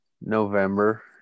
November